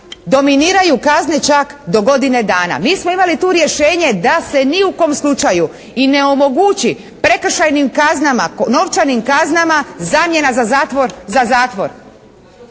dominiraju kazne čak do godine dana. Mi smo imali tu rješenje da se ni u kom slučaju i ne omogući prekršajnim kaznama, novčanim kaznama zamjena za zatvor za zatvor,